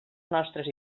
nostres